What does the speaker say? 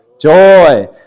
joy